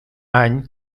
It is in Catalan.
any